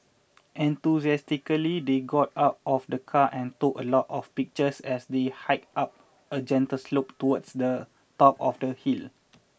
enthusiastically they got out of the car and took a lot of pictures as they hiked up a gentle slope towards the top of the hill